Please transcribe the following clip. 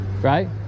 right